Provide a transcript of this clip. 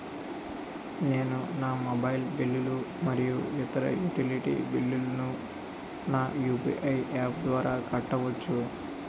నేను నా మొబైల్ బిల్లులు మరియు ఇతర యుటిలిటీ బిల్లులను నా యు.పి.ఐ యాప్ ద్వారా కట్టవచ్చు